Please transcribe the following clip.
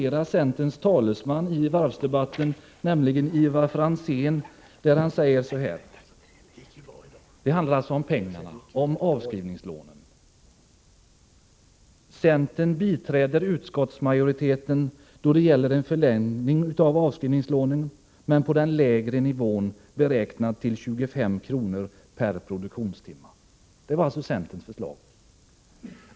Centerns talesman i varvsdebatten, Ivar Franzén, sade då att centern biträdde utskottsmajoriteten då det gäller en förlängning av avskrivningslånen men på den lägre nivån, beräknad till 25 kr. per produktionstimme. Det var alltså centerns förslag.